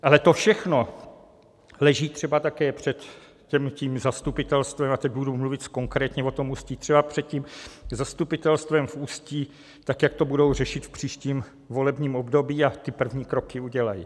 Ale to všechno leží třeba také před tím zastupitelstvem, a teď budu mluvit konkrétně o tom Ústí, třeba před tím zastupitelstvem v Ústí, jak to budou řešit v příštím volebním období a ty první kroky udělají.